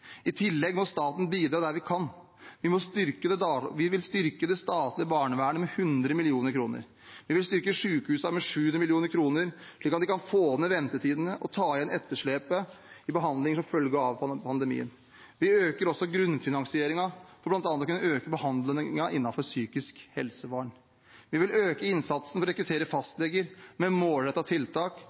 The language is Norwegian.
I tillegg må staten bidra der den kan. Vi vil styrke det statlige barnevernet med 100 mill. kr. Vi vil styrke sykehusene med 700 mill. kr, slik at de kan få ned ventetidene og ta igjen etterslepet i behandlinger som følge av pandemien. Vi øker også grunnfinansieringen for bl.a. å kunne øke behandlingen innenfor psykisk helsevern. Vi vil øke innsatsen for å rekruttere fastleger med målrettede tiltak,